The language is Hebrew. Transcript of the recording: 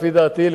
לדעתי,